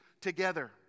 together